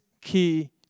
key